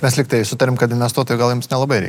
mes lygtai sutarėm kad investuotojų gal jums nelabai